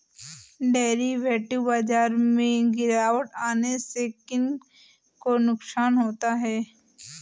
Derivative बाजार में गिरावट आने से किन को नुकसान होता है?